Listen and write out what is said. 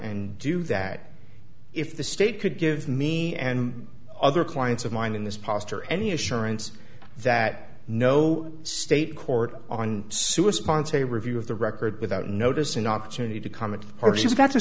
and do that if the state could give me and other clients of mine in this posture any assurance that no state court on suicide bonds a review of the record without notice an opportunity to comment or she's got t